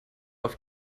auf